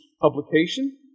publication